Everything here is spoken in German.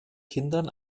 kindern